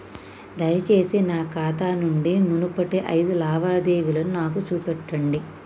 దయచేసి నా ఖాతా నుంచి మునుపటి ఐదు లావాదేవీలను నాకు చూపెట్టండి